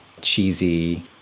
cheesy